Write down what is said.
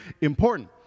important